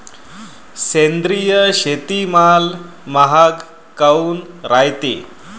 सेंद्रिय शेतीमाल महाग काऊन रायते?